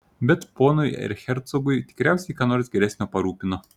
bet ponui erchercogui tikriausiai ką nors geresnio parūpino